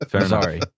Sorry